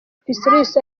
pistorius